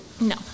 No